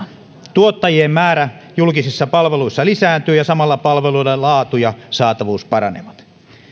tuottajien määrä julkisissa palveluissa lisääntyy ja samalla palveluiden laatu ja saatavuus paranevat